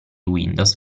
windows